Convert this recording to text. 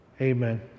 Amen